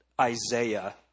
Isaiah